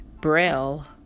Braille